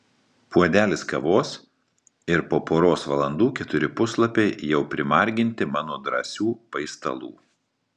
puodelis kavos ir po poros valandų keturi puslapiai jau primarginti mano drąsių paistalų